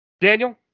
Daniel